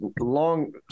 long